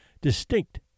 Distinct